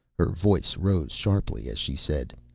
her voice rose sharply as she said,